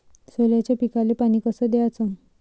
सोल्याच्या पिकाले पानी कस द्याचं?